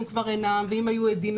הן כבר אינן ואם היו עדים,